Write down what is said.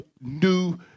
new